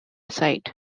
side